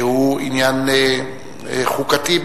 שהוא עניין חוקתי,